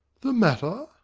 the matter?